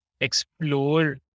explore